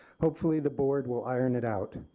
hopefully the board will iron it out.